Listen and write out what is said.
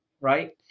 Right